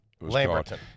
Lamberton